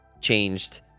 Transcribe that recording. changed